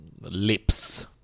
lips